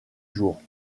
jours